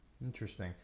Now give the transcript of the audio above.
interesting